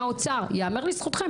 ייאמר לזכות האוצר,